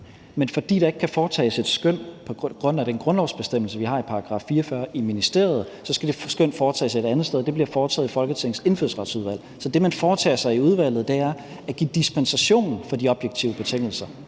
Men fordi der ikke kan foretages et skøn på grund af den grundlovsbestemmelse, vi har i § 44, i ministeriet, så skal det skøn foretages et andet sted, og det bliver foretaget i Folketingets Indfødsretsudvalg. Så det, man foretager sig i udvalget, er at give dispensation fra de objektive betingelser;